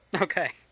okay